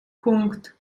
punkt